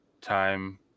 time